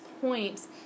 points